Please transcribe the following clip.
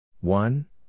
One